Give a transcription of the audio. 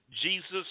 Jesus